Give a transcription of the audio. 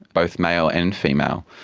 both male and female,